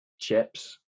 chips